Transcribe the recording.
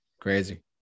Crazy